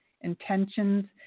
intentions